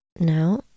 Now